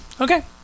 Okay